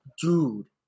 Dude